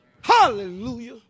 Hallelujah